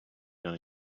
gun